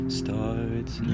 starts